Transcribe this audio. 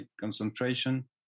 concentration